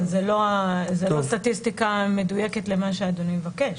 אבל זה לא סטטיסטיקה מדויקת למה שאדוני מבקש.